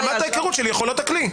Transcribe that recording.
ברמת ההיכרות של יכולות הכלי.